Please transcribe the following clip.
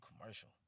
commercial